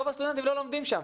רוב הסטודנטים לא לומדים שם,